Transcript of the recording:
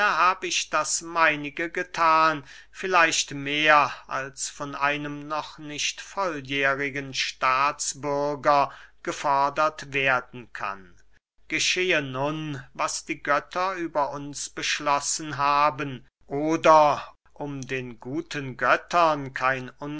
hab ich das meinige gethan vielleicht mehr als von einem noch nicht volljährigen staatsbürger gefordert werden kann geschehe nun was die götter über uns beschlossen haben oder um den guten göttern kein